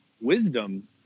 wisdom